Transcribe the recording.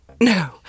No